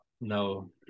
No